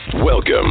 Welcome